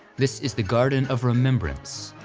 this is the garden of remembrance,